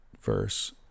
verse